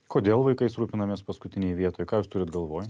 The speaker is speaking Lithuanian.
kodėl vaikais rūpinamės paskutinėj vietoj ką jūs turit galvoj